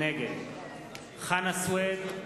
נגד חנא סוייד,